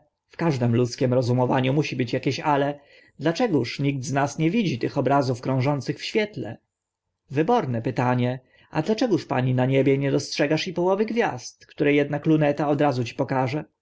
ludzkim rozumieniu musi być akieś ale dlaczegóż nikt z nas nie widzi tych obrazów krążących w świetle wyborne pytanie a dlaczegóż pani na niebie nie dostrzegasz i połowy gwiazd które ednak luneta od razu ci pokaże